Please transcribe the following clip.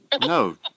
No